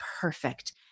perfect